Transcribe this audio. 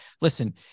listen